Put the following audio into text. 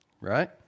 Right